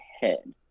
head